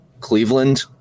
Cleveland